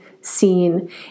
seen